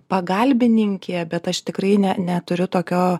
pagalbininkė bet aš tikrai ne neturiu tokio